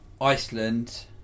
Iceland